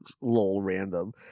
lol-random